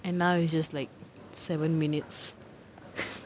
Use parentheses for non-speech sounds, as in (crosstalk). and now it's just like seven minutes (laughs)